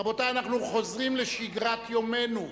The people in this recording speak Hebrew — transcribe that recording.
רבותי, אנחנו חוזרים לשגרת יומנו.